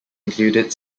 included